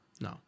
No